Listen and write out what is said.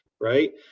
right